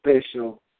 special